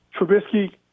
Trubisky